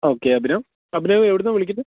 okay Abhinav Abhinav എവിടെ നിന്നാണ് വിളിക്കുന്നത്